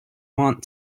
want